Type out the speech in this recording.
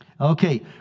Okay